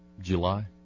July